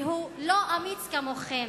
והוא לא אמיץ כמוכם,